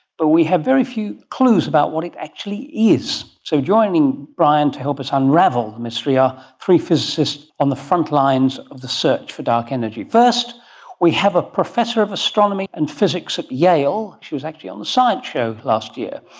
but we have very few clues about what it actually is. so joining brian to help us unravel the mystery are three physicists on the front lines of the search for dark energy. first we have a professor of astronomy and physics at yale, she was actually on the science show last year,